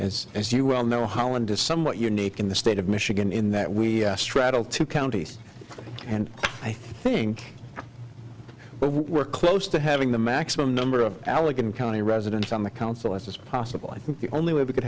as as you well know holland is somewhat unique in the state of michigan in that we straddle two counties and i think we're close to having the maximum number of allegan county residents on the council as is possible i think the only way we c